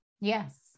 Yes